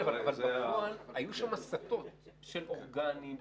אבל היו שם הסטות של אורגנים.